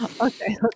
Okay